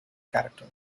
character